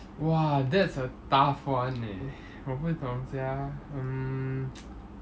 !wah! that's a tough [one] eh 我不懂怎样 hmm